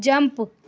jump